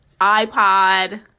iPod